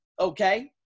okay